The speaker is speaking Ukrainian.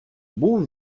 був